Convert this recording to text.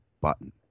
button